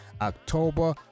october